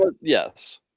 Yes